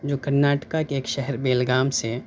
جو کرناٹکا کے ایک شہر بیلگام سے